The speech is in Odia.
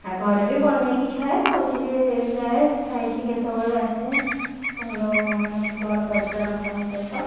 ଆଉ ଘରେ ବି ବନେଇକି ଖାଏ ମଝିରେ ଯାଏ ଖାଇକି କେତେବେଳେ ଆସେ ଭଲ ମାନେ ଘର ପରିବାର ଲୋକଙ୍କ ସହିତ